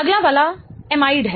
अगला वाला एमाइड है